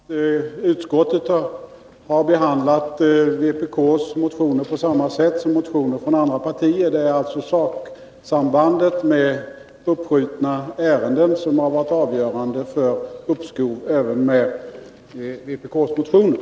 Herr talman! Utskottet har behandlat vpk:s motioner på samma sätt som motioner från andra partier. Det är alltså saksambandet med uppskjutna ärenden som har varit avgörande för utskottets begäran om uppskov även i fråga om vpk:s motioner.